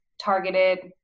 Targeted